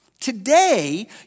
Today